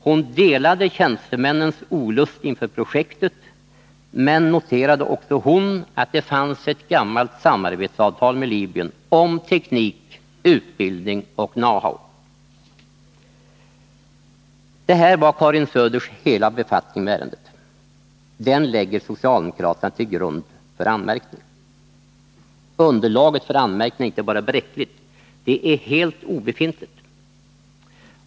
Hon delade tjänstemännens olust inför projektet men noterade också hon att det fanns ett gammalt samarbetsavtal med Libyen om teknik, utbildning och know-how. Det här var Karin Söders hela befattning med ärendet. Den lägger socialdemokraterna till grund för anmärkning. Underlaget för anmärkningen är inte bara bräckligt, det är helt obefintligt.